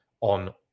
on